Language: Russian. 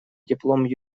диплом